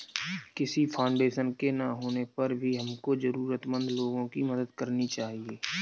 किसी फाउंडेशन के ना होने पर भी हमको जरूरतमंद लोगो की मदद करनी चाहिए